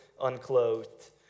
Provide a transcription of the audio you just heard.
unclothed